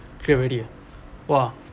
clear already ah !wah!